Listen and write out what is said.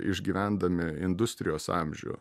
išgyvendami industrijos amžių